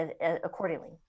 accordingly